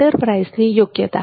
એન્ટરપ્રાઇઝની યોગ્યતા